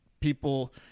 people